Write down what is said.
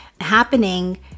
happening